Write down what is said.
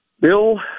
Bill